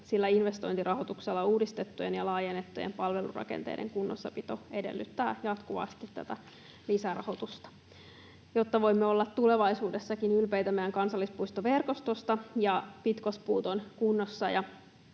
sillä investointirahoituksella uudistettujen ja laajennettujen palvelurakenteiden kunnossapito edellyttää jatkuvasti lisärahoitusta. Jotta voimme olla tulevaisuudessakin ylpeitä meidän kansallispuistoverkostosta ja jotta pitkospuut,